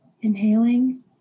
inhaling